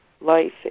Life